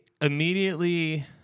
immediately